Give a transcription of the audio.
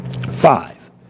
five